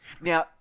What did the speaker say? Now